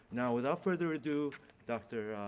now, without further ado dr.